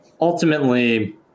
ultimately